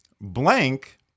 Blank